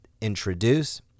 introduce